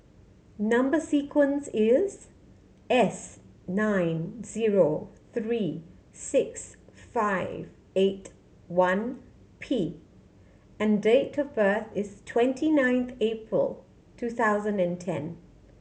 number sequence is S nine zero three six five eight one P and date of birth is twenty nine April two thousand and ten